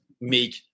make